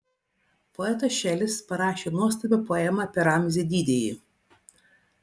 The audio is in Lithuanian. poetas šelis parašė nuostabią poemą apie ramzį didįjį